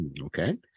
Okay